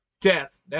Death